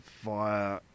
via